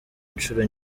inshuro